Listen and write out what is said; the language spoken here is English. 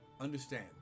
understand